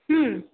हं